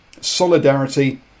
solidarity